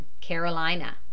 Carolina